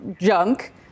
junk